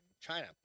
China